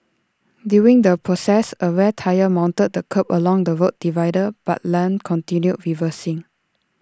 during the process A rear tyre mounted the kerb along the road divider but Lam continued reversing